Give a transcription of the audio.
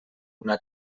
una